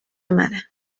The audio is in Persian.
منه